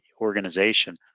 organization